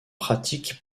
pratique